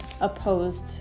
opposed